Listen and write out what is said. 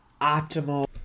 optimal